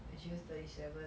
I choose thirty seven